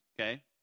okay